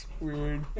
weird